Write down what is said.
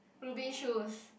Rubi shoes